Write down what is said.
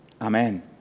amen